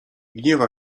gniewa